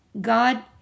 God